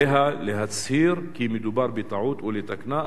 עליה להצהיר כי מדובר בטעות ולתקנה.